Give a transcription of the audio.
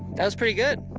that was pretty good